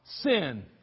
Sin